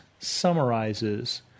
summarizes